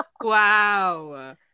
Wow